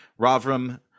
Ravram